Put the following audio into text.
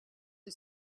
are